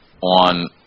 on